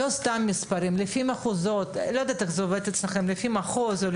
לא סתם מספרים אלא לפי מחוזות.